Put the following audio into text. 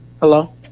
Hello